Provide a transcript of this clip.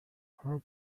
her